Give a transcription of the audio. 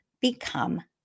become